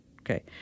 Okay